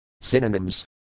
Synonyms